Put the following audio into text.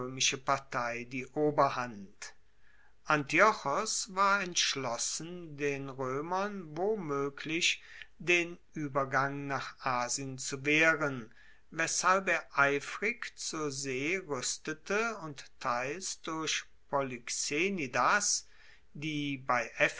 partei die oberhand antiochos war entschlossen den roemern womoeglich den uebergang nach asien zu wehren weshalb er eifrig zur see ruestete und teils durch polyxenidas die bei